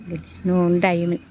न'आवनो दायोमोन